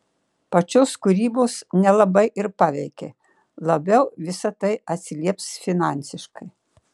pačios kūrybos nelabai ir paveikė labiau visa tai atsilieps finansiškai